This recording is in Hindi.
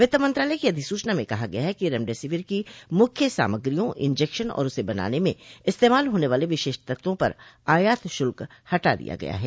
वित्त मंत्रालय की अधिसूचना में कहा गया है कि रेमडेसिविर की मुख्य सामग्रियों इंजेक्शन और उसे बनाने में इस्तेमाल होने वाले विशेष तत्वों पर आयात शुल्क हटा दिया गया है